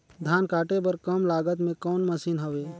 धान काटे बर कम लागत मे कौन मशीन हवय?